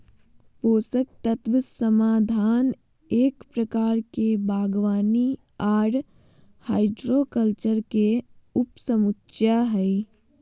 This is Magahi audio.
पोषक तत्व समाधान एक प्रकार के बागवानी आर हाइड्रोकल्चर के उपसमुच्या हई,